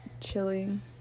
chilling